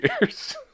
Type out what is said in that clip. years